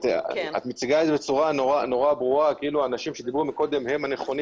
את מציגה את זה בצורה מאוד ברורה כאילו האנשים שדיברו קודם הם הנכונים